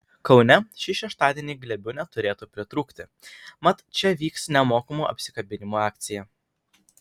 kaune šį šeštadienį glėbių neturėtų pritrūkti mat čia vyks nemokamų apsikabinimų akcija